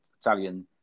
Italian